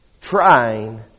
trying